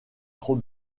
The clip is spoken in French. trop